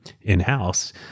in-house